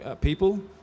people